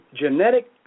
genetic